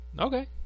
Okay